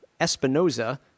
espinoza